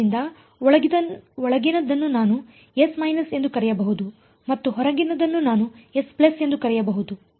ಆದ್ದರಿಂದ ಒಳಗಿನದನ್ನು ನಾನು S ಎಂದು ಕರೆಯಬಹುದು ಮತ್ತು ಹೊರಗಿನದನ್ನು ನಾನು S ಎಂದು ಕರೆಯಬಹುದು